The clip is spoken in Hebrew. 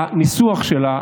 הניסוח שלה,